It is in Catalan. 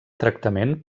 tractament